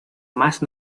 más